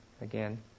again